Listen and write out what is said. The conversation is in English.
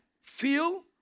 feel